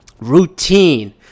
routine